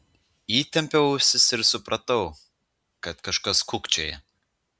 įtempiau ausis ir supratau kad kažkas kūkčioja